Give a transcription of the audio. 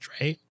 right